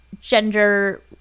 gender